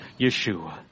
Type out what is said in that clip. Yeshua